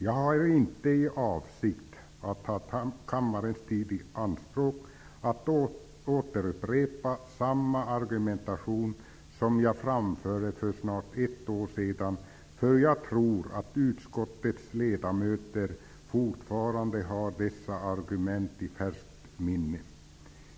Jag har inte avsikten att ta kammarens tid i anspråk med att upprepa samma argumentation som jag för snart ett år sedan framförde. Jag tror nämligen att utskottets ledamöter fortfarande har dessa argument i färskt minne.